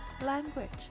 language